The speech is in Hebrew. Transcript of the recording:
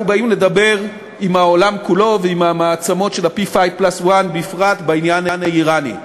באים לדבר עם העולם כולו ועם המעצמות של ה-P5+1 בפרט בעניין האיראני.